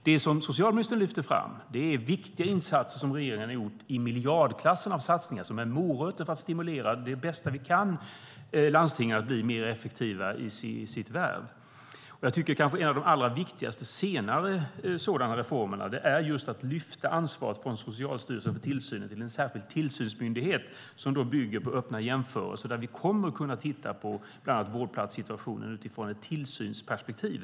Det socialministern lyfter fram är viktiga insatser i miljardklassen som regeringen har gjort i form av satsningar som är morötter för att stimulera lanstingen det bästa vi kan att bli mer effektiva i sitt värv. En av de allra viktigaste sådana reformerna är att lyfta ansvaret för tillsynen från Socialstyrelsen till en särskild tillsynsmyndighet. Det bygger på öppna jämförelser, och där kommer vi att kunna titta på bland annat vårdplatssituationen utifrån ett tillsynsperspektiv.